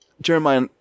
Jeremiah